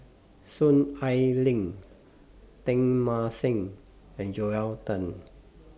Soon Ai Ling Teng Mah Seng and Joel Tan